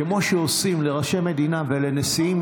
כמו שעושים לראשי מדינה ולנשיאים,